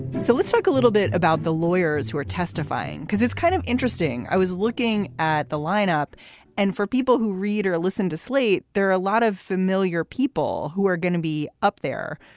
so let's talk a little bit about the lawyers who are testifying. because it's kind of interesting. i was looking at the lineup and for people who read or listen to slate, there are a lot of familiar people who are going to be up there.